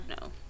no